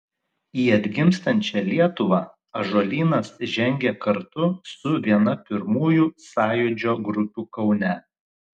į atgimstančią lietuvą ąžuolynas žengė kartu su viena pirmųjų sąjūdžio grupių kaune